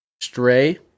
Stray